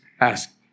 ask